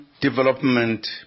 development